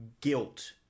guilt